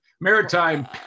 maritime